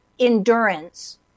Endurance